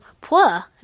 poor